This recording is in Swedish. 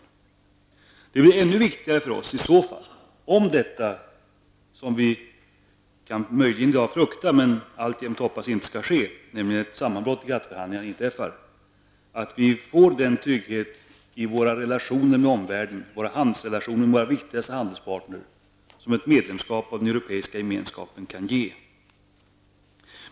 Om det blir ett sammanbrott i GATT-förhandlingarna -- något som man möjligen kan frukta men som vi alltjämt hoppas inte skall ske -- är det viktigt att vi får den trygghet i relationerna med våra viktigaste handelspartner som ett medlemskap i Europeiska gemenskapen kan ge.